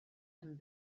and